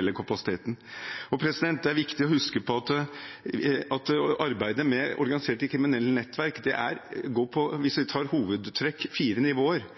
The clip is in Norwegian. gjelder kapasiteten, er illevarslende. Det er viktig å huske på at arbeidet med organiserte kriminelle nettverk går på – hvis vi tar det i hovedtrekk – fire nivåer.